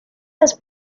las